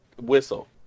whistle